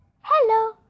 hello